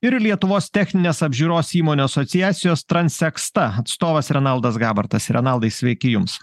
ir lietuvos techninės apžiūros įmonių asociacijos transeksta atstovas renaldas gabartas renaldai sveiki jums